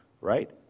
right